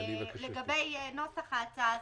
לגבי נוסח ההצעה,